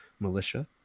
militia